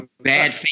bad